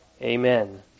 Amen